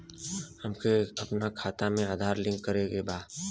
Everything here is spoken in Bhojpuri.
हमके अपना खाता में आधार लिंक करें के बा?